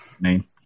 Name